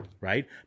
Right